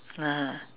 ah